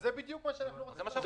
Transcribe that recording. אז זה בדיוק מה שאנחנו רוצים.